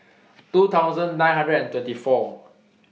two nine hundred and twenty four